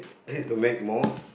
to make more